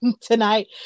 tonight